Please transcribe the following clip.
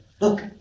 Look